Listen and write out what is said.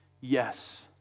Yes